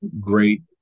great